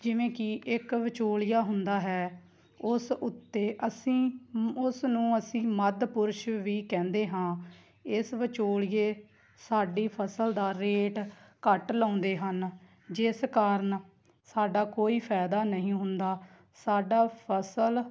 ਜਿਵੇਂ ਕਿ ਇੱਕ ਵਿਚੋਲੀਆ ਹੁੰਦਾ ਹੈ ਉਸ ਉੱਤੇ ਅਸੀਂ ਉਸ ਨੂੰ ਅਸੀਂ ਮੱਧ ਪੁਰਸ਼ ਵੀ ਕਹਿੰਦੇ ਹਾਂ ਇਸ ਵਿਚੋਲੀਏ ਸਾਡੀ ਫਸਲ ਦਾ ਰੇਟ ਘੱਟ ਲਗਾਉਂਦੇ ਹਨ ਜਿਸ ਕਾਰਨ ਸਾਡਾ ਕੋਈ ਫ਼ਾਇਦਾ ਨਹੀਂ ਹੁੰਦਾ ਸਾਡਾ ਫਸਲ